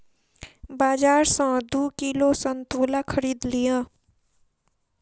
बाजार सॅ दू किलो संतोला खरीद लिअ